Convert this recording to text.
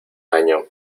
año